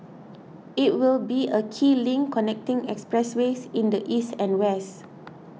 it will be a key link connecting expressways in the east and west